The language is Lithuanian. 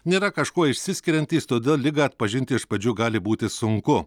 nėra kažkuo išsiskiriantys todėl ligą atpažinti iš pradžių gali būti sunku